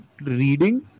reading